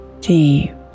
deep